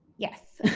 yes.